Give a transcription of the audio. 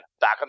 back